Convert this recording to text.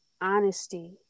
honesty